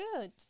good